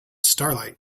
starlight